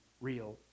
real